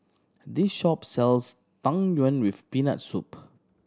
this shop sells Tang Yuen with Peanut Soup